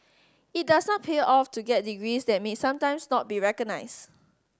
it does not pay off to get degrees that may sometimes not be recognised